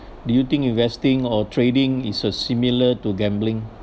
do you think investing or trading is a similar to gambling